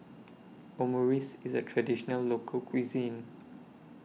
Omurice IS A Traditional Local Cuisine